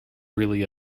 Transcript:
really